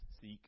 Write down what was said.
seek